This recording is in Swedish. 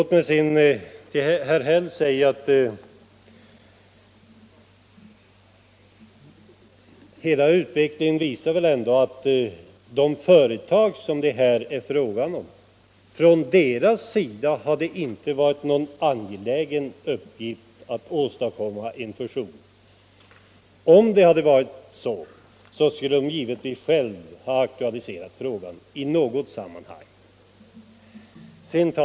Till herr Häll vill jag säga att hela utvecklingen väl ändå visar att det för de företag det här är fråga om inte har varit någon angelägen uppgift att åstadkomma en fusion. Om det hade varit det, skulle de givetvis själva ha aktualiserat frågan i något sammanhang.